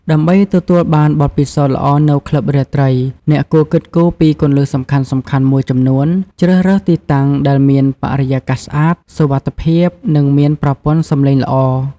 ដើម្បីទទួលបានបទពិសោធន៍ល្អនៅក្លឹបរាត្រី អ្នកគួរគិតគូរពីគន្លឹះសំខាន់ៗមួយចំនួន ជ្រើសរើសទីតាំងដែលមាន បរិយាកាសស្អាត សុវត្ថិភាព និងមាន ប្រព័ន្ធសំឡេងល្អ។